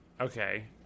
okay